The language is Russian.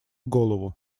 голову